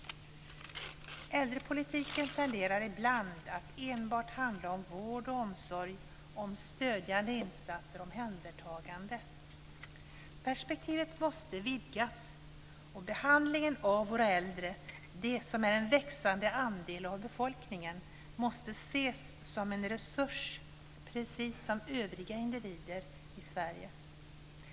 Äldrepolitiken tenderar ibland att enbart handla om vård och omsorg och om stödjande insatser och omhändertagande. Perspektivet måste vidgas. Behandlingen av våra äldre, som ju är en växande andel av befolkningen, måste vara sådan att de ses som en resurs precis som övriga individer i Sverige.